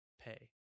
pay